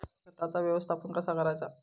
खताचा व्यवस्थापन कसा करायचा?